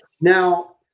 now